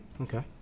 Okay